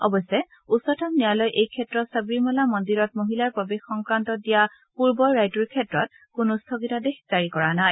অৱশ্যে উচ্চতম ন্যায়ালয়ে এই ক্ষেত্ৰত সবৰিমালা মন্দিৰত মহিলাৰ প্ৰৱেশ সংক্ৰান্তত দিয়া পূৰ্বৰ ৰায়টোৰ ক্ষেত্ৰত কোনো স্থগিতাদেশ জাৰি কৰা নাই